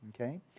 Okay